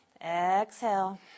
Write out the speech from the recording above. exhale